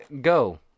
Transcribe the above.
Go